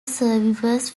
survivors